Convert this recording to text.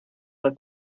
that